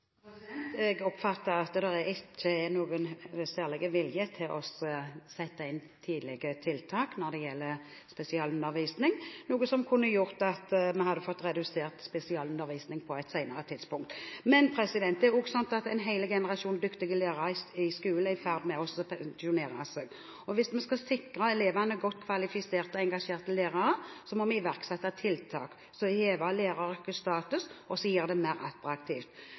Jeg oppfatter at det ikke er noen særlig vilje til å sette inn tidlige tiltak når det gjelder spesialundervisning – noe som kunne gjort at vi hadde redusert spesialundervisningen på et senere tidspunkt. En hel generasjon dyktige lærere er i ferd med å pensjonere seg. Hvis vi skal sikre elevene godt kvalifiserte og engasjerte lærere, må vi iverksette tiltak som hever læreryrkets status, og som gjør det mer